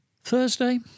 Thursday